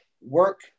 work